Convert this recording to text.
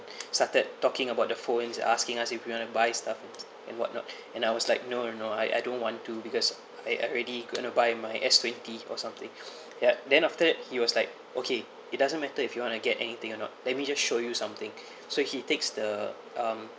started talking about the phones asking us if you want to buy stuff and whatnot and I was like no no I I don't want to because I already going to buy my S twenty or something ya then after that he was like okay it doesn't matter if you want to get anything or not let me just show you something so he takes the um